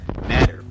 Matter